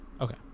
okay